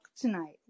tonight